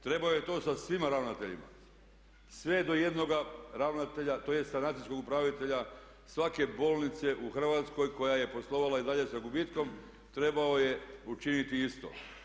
Trebao je to sa svima ravnateljima, sve do jednoga ravnatelja, tj. sanacijskog upravitelja svake bolnice u Hrvatskoj koja je poslovala i dalje sa gubitkom trebao je učiniti isto.